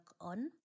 on